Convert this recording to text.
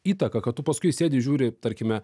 įtaka kad tu paskui sėdi žiūri tarkime